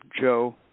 Joe